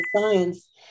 science